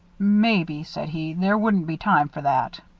maybe, said he, there wouldn't be time for that.